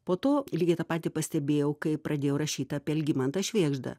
po to lygiai tą patį pastebėjau kai pradėjau rašyt apie algimantą švėgždą